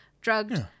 drugged